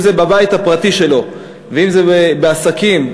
אם בבית הפרטי שלו ואם בעסקים,